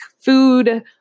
food